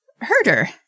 Herder